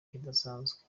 kidasanzwe